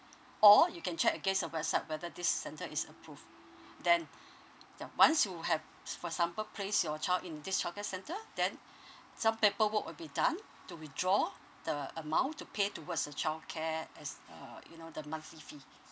or you can check against the website whether this centre is approved then ya once you have s~ for example place your child in this childcare centre then some paperwork will be done to withdraw the amount to pay towards the childcare as uh you know the monthly fee